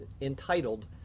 entitled